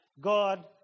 God